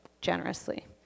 generously